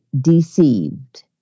deceived